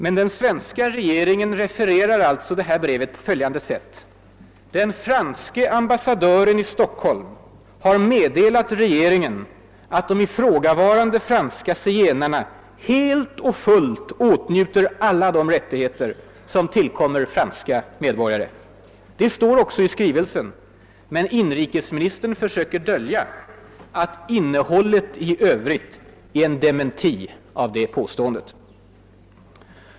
Men den svenska regeringen refererar alltså brevet på följande sätt: »Den franske ambassadören i Stockholm ——— har meddelat regeringen att de ifrå gavarande franska zigenarna helt och fullt åtnjuter alla de rättigheter som tillkommer franska medborgare.« Det står också i skrivelsen — men inrikesministern försöker dölja att innehållet i övrigt är en dementi av det påståendet.